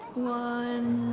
one.